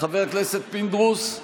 חבר פינדרוס,